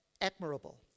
admirable